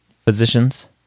physicians